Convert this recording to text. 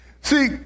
See